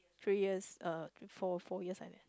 three years uh four four years like that